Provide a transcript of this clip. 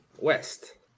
West